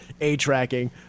A-Tracking